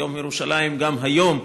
יום ירושלים גם היום,